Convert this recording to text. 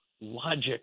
logic